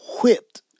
whipped